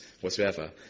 whatsoever